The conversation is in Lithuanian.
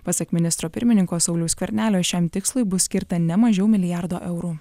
pasak ministro pirmininko sauliaus skvernelio šiam tikslui bus skirta ne mažiau milijardo eurų